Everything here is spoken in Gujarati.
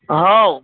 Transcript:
હઉ